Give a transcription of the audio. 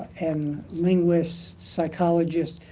and linguist psychologist